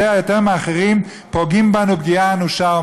יותר מאחרים פוגעים בנו פגיעה אנושה,